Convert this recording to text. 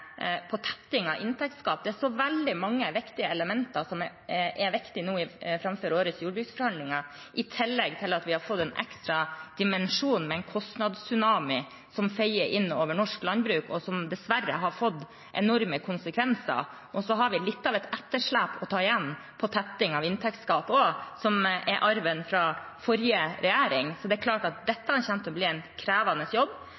på tettingen av inntektsgapet. Det er så veldig mange elementer som er viktige nå framfor årets jordbruksforhandlinger. I tillegg til at vi har fått en ekstra dimensjon med en kostnadstsunami som feier inn over norsk landbruk, og som dessverre har fått enorme konsekvenser, har vi litt av et etterslep å ta igjen på tettingen av inntektsgapet, som er arven fra forrige regjering. Det er klart at dette kommer til å bli en krevende jobb,